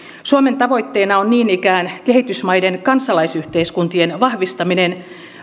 suomen tavoitteena on niin ikään kehitysmaiden kansalaisyhteiskuntien vahvistaminen